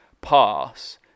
pass